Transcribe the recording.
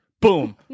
Boom